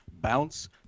Bounce